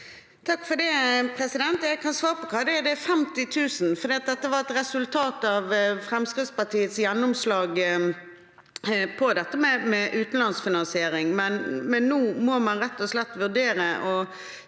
(FrP) Jeg kan svare på hva det er: Det er 50 000 kr. Dette var et resultat av Fremskrittspartiets gjennomslag på dette med utenlandsk finansiering, men nå må man rett og slett vurdere